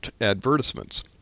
advertisements